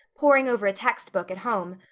poring over a text book at home,